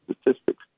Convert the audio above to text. statistics